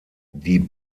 die